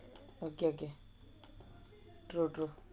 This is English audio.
okay okay true true